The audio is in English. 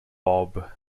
bob